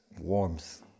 warmth